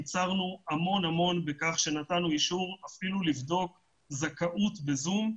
קיצרנו הרבה בכך שנתנו אישור אפילו לבדוק זכאות ב-זום.